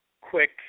quick